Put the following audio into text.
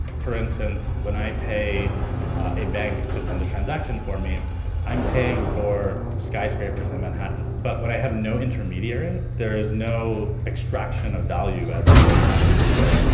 for instance, when i pay a bank to send a transaction for me i'm paying for skyscrapers in manhattan. but when i have no intermediary, there is no extraction of value as something passes through it.